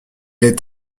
est